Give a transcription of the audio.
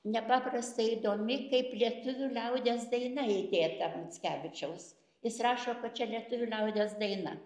nepaprastai įdomi kaip lietuvių liaudies daina įdėta mickevičiaus jis rašo kad čia lietuvių liaudies daina